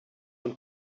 und